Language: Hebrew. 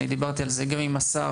דיברתי על זה גם עם השר,